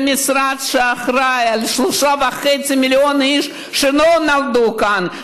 זה משרד שאחראי ל-3.5 מיליון איש שלא נולדו כאן,